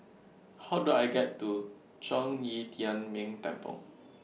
How Do I get to Zhong Yi Tian Ming Temple